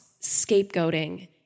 scapegoating